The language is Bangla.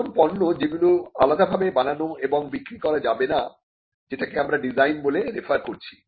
এমন পণ্য যেগুলি আলাদাভাবে বানানো এবং বিক্রি করা যাবে না যেটাকে আমরা ডিজাইন বলে রেফার করছি